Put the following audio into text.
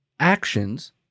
Actions